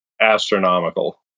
astronomical